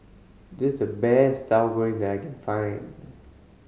this the best Tauhu Goreng that I can find